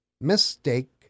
Mistake